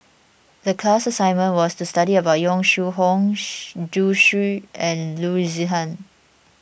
the class assignment was to study about Yong Shu Hoong Zhu Xu and Loo Zihan